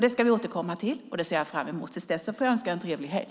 Det ska vi återkomma till, och det ser jag fram emot. Till dess får jag önska en trevlig helg.